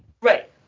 Right